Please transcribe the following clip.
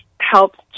helps